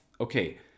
Okay